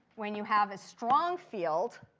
when you have a strong field.